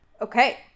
Okay